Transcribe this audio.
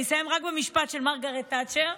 אני אסיים במשפט של מרגרט תאצ'ר.